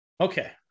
Okay